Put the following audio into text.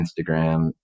instagram